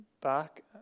back